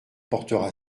portera